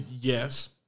Yes